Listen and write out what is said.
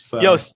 yo